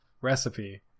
recipe